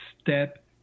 step